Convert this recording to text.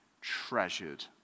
treasured